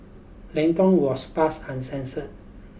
Lang Tong was passed uncensored